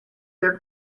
their